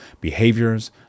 behaviors